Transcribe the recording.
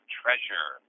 treasure